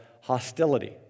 hostility